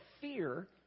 fear